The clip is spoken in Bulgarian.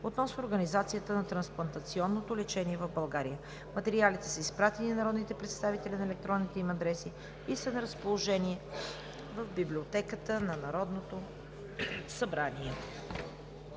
относно организацията на трансплантационното лечение в България. Материалите са изпратени на народните представители на електронните им адреси и са на разположение в Библиотеката на Народното събрание.